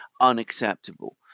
unacceptable